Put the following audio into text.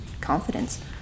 confidence